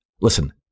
listen